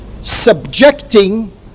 subjecting